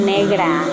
Negra